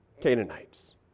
Canaanites